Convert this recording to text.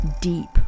deep